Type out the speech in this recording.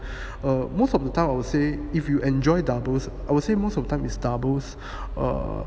err most of the time I would say if you enjoy doubles I would say most of time is doubles err